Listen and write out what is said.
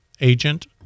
agent